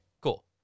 cool